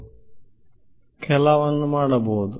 ವಿದ್ಯಾರ್ಥಿ ಕೆಲವು ಮಾಡಿ